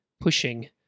pushing